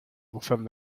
buzón